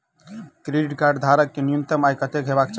Credit card धारक कऽ न्यूनतम आय कत्तेक हेबाक चाहि?